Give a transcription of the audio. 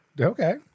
Okay